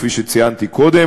כפי שציינתי קודם,